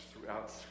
throughout